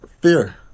fear